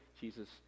Jesus